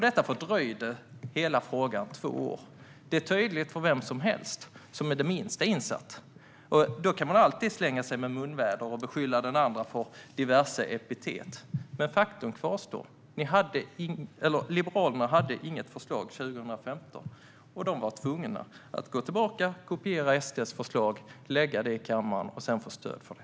Detta fördröjde hela frågan två år. Det är tydligt för vem som helst som är det minsta insatt. Då kan man alltid slänga sig med munväder, beskyllningar och diverse epitet. Men faktum kvarstår: Liberalerna hade inget förslag 2015 utan var tvungna att gå tillbaka och kopiera SD:s förslag och lägga fram det i kammaren. De fick sedan stöd för det.